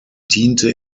diente